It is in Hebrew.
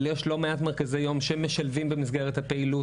אבל יש לא מעט מרכזי יום שמשלבים במסגרת הפעילות,